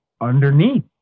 Underneath